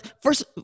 first